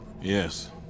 yes